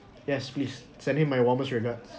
yes please send him my warmest regards